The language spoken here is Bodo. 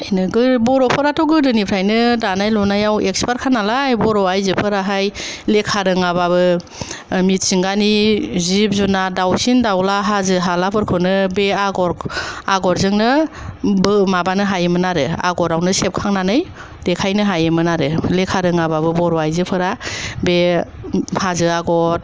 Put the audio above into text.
बर'फ्रा गोदोनिफ्रायनो दानाय लुनायाव एक्सपार्ट खानालाय बर' आयजोफोराहाय लेखा रोङाबाबो मिथिंगानि जिब जुनाद दाउसिन दाउला हाजो हालाफोरखौनो बे आगर आगरजोंनो माबानो हायोमोन आरो आगरावनो सेबखांनानै देखायनो हायोमोन आरो लेखा रोङाबाबो बर' आयजोफोरा बे हाजो आगर